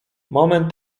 moment